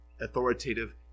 authoritative